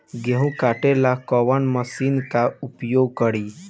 गेहूं काटे ला कवन मशीन का प्रयोग करी?